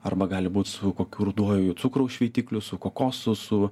arba gali būt su kokiu ruduoju cukraus šveitikliu su kokosu su